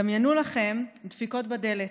דמיינו לכם דפיקות בדלת.